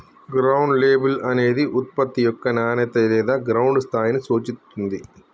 ground label అనేది ఉత్పత్తి యొక్క నాణేత లేదా గ్రౌండ్ స్థాయిని సూచిత్తుంది